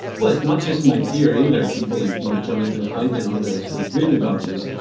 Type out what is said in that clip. well, it's not just my theory, there are people like you know jonathan haidt and others who have written about this.